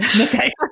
Okay